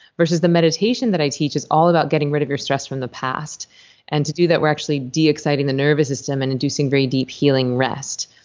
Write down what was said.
versus the meditation that i teach is all about getting rid of your stress from the past and to do that, we're actually de-exciting the nervous system and inducing very deep healing rest.